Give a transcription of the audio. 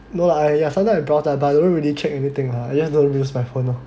no I sometimes I browse lah but I don't really check anything lah I just don't use my phone lah